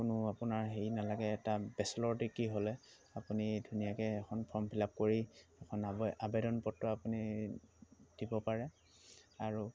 কোনো আপোনাৰ হেৰি নালাগে এটা বেচেলৰ ডিগ্ৰী হ'লে আপুনি ধুনীয়াকৈ এখন ফৰ্ম ফিল আপ কৰি এখন আবেদনপত্ৰ আপুনি দিব পাৰে আৰু